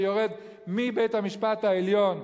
שיורדת מבית-המשפט העליון,